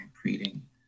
creating